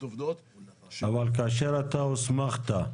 עובדות --- אבל כאשר אתה הוסמכת,